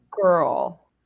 girl